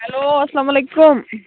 hello اسلام علیکُم